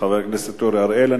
תודה, חבר הכנסת אורי אריאל.